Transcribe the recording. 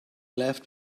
left